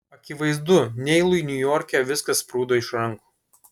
akivaizdu neilui niujorke viskas sprūdo iš rankų